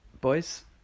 Boys